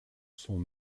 son